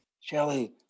Shelly